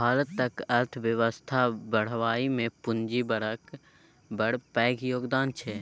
भारतक अर्थबेबस्था बढ़ाबइ मे पूंजी बजारक बड़ पैघ योगदान छै